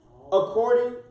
according